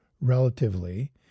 relatively